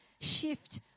shift